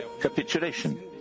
capitulation